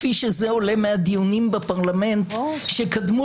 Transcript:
כפי שזה עולה מהדיונים בפרלמנט שקדמו